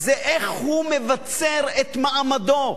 זה איך הוא מבצר את מעמדו.